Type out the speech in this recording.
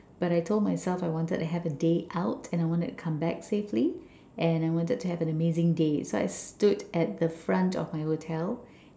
but I told myself I wanted to have a day out and I wanted to come back safely and I wanted to have an amazing day so I stood at the front of my hotel